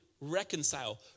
reconcile